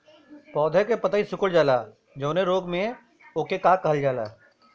पौधन के पतयी सीकुड़ जाला जवने रोग में वोके का कहल जाला?